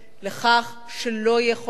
לכך שלא יהיה חוק אחר,